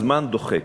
הזמן דוחק,